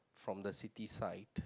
from the city side